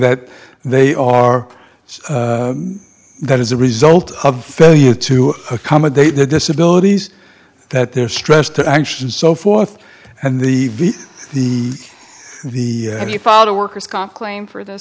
that they are so that as a result of failure to accommodate the disability that their stress to action so forth and the the the father worker's comp claim for this